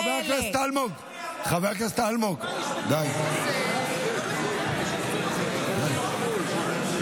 תגידי "כל הכבוד לחיילי צה"ל" אני מצביע לך.